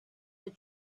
the